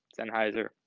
Sennheiser